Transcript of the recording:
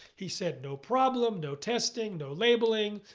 he said, no problem, no testing, no labeling.